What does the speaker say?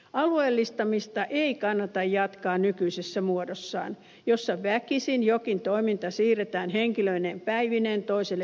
alueellistamista ei kannata jatkaa nykyisessä muodossaan jossa väkisin jokin toiminta siirretään henkilöineen päivineen toiselle paikkakunnalle